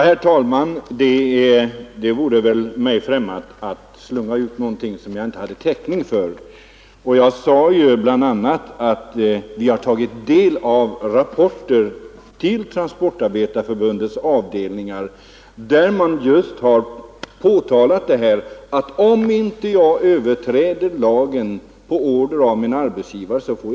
Herr talman! Det vore mig främmande att säga någonting som jag inte har täckning för. Jag sade ju bl.a. att vi tagit del av rapporter till avdelningar inom Transportarbetareförbundet, vari medlemmar har meddelat att de hotats med avsked om de inte utför körning enligt order, vilket inneburit lagöverträdelser.